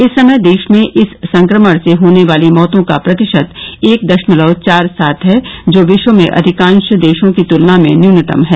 इस समय देश में इस संक्रमण से होने वाली मौतों का प्रतिशत एक दशमलव चार सात है जो विश्व में अधिकांश देशों की तुलना में न्यूनतम है